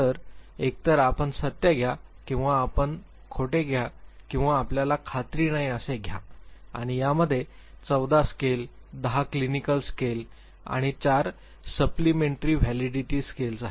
तर एकतर आपण सत्य घ्या किंवा आपण खोटे घ्या किंवा आपल्याला खात्री नाही असे घ्या आणि यामध्ये 14 स्केल 10 क्लिनिकल स्केल आणि 4 सप्लिमेंटरी व्हॅलिडीटी स्केल्स आहेत